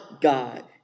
God